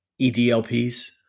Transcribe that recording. EDLPs